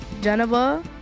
Geneva